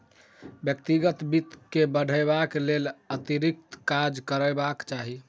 व्यक्तिगत वित्त के बढ़यबाक लेल अतिरिक्त काज करबाक चाही